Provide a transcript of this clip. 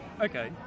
Okay